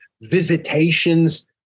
visitations